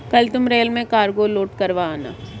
कल तुम रेल में कार्गो लोड करवा आना